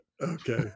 okay